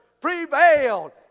Prevailed